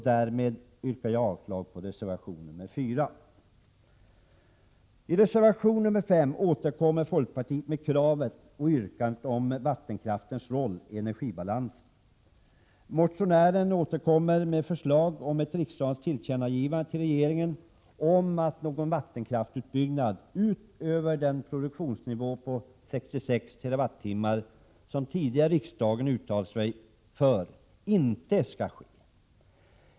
Därför yrkar jag avslag på reservation 4. I reservation 5 återkommer folkpartiet med krav och yrkanden beträffande vattenkraftens roll i energibalansen. Motionärerna återkommer med förslag om att riksdagen skall ge regeringen till känna ett uttalande om att någon vattenkraftsutbyggnad utöver den produktionsnivå, 66 TWh, som riksdagen tidigare uttalat sig för, inte skall ske.